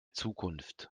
zukunft